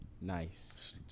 Nice